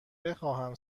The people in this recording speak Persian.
بخواهم